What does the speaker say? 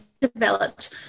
developed